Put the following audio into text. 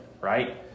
right